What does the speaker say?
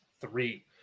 three